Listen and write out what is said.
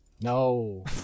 No